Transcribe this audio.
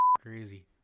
crazy